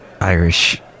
Irish